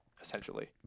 essentially